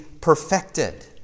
perfected